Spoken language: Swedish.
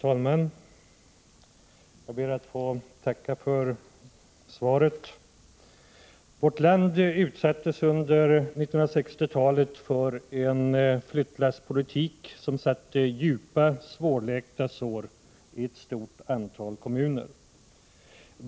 Herr talman! Vårt land utsattes under 1960-talet för en flyttlasspolitik som orsakade djupa, svårläkta sår i ett stort antal kommuner.